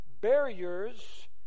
barriers